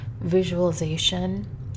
visualization